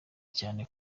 cyane